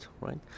right